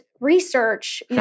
research